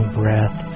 breath